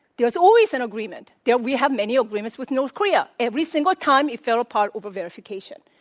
there's always an agreement. yeah we have many agreements with north korea. every single time it fell apart over verification.